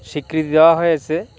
স্বীকৃতি দেওয়া হয়েছে